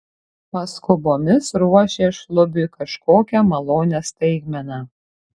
paskubomis ruošė šlubiui kažkokią malonią staigmeną